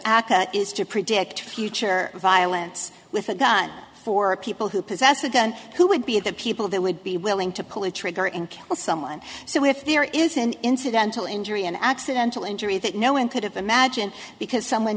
aca is to predict future violence with a gun for people who possess a gun who would be the people that would be willing to pull a trigger and well someone so if there is an incidental injury an accidental injury that no one could have imagined because someone